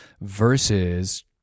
versus